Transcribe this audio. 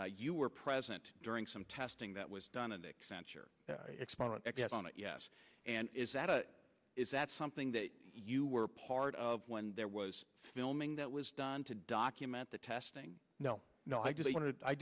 you were present during some testing that was done and accenture experiment on it yes and is that is that something that you were part of when there was filming that was done to document the testing no no i just wanted i